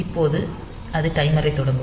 இப்போது அது டைமரைத் தொடங்கும்